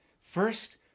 first